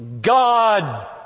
God